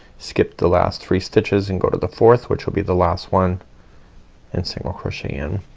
skip the last three stitches and go to the fourth which will be the last one and single crochet in.